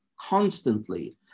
constantly